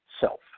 self